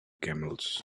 camels